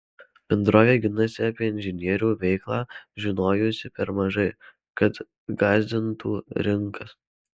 bendrovė ginasi apie inžinierių veiklą žinojusi per mažai kad gąsdintų rinkas